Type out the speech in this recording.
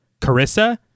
Carissa